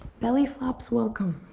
belly flops welcome.